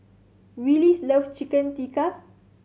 Willis love Chicken Tikka